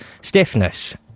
Stiffness